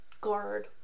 guard